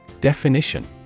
Definition